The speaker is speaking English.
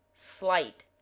Slight